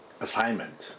assignment